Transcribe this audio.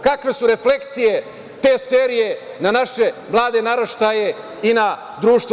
Kakve su reflekcije te serije na naše mlade naraštaje i na društvo?